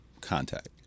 contact